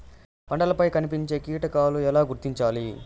పంటలపై కనిపించే కీటకాలు ఎలా గుర్తించాలి?